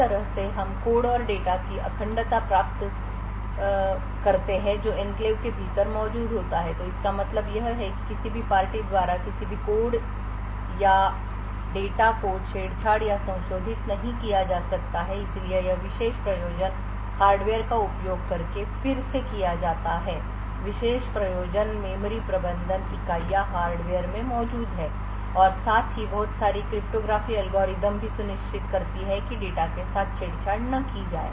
इसी तरह से हम कोड और डेटा की अखंडता भी प्राप्त करते हैं जो एन्क्लेव के भीतर मौजूद होता है तो इसका मतलब यह है कि किसी भी पार्टी द्वारा किसी भी कोड और डेटा को छेड़छाड़ या संशोधित नहीं किया जा सकता है इसलिए यह विशेष प्रयोजन हार्डवेयर का उपयोग करके फिर से किया जाता है विशेष प्रयोजन मेमोरी प्रबंधन इकाइयाँ हार्डवेयर में मौजूद हैं और साथ ही बहुत सारी क्रिप्टोग्राफी एल्गोरिदम भी सुनिश्चित करती हैं कि डेटा के साथ छेड़छाड़ न की जाए